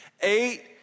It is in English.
eight